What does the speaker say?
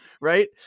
right